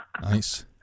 Nice